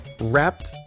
wrapped